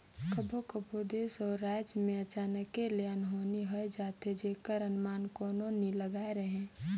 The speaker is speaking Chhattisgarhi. कभों कभों देस अउ राएज में अचानके ले अनहोनी होए जाथे जेकर अनमान कोनो नी लगाए रहें